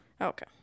okay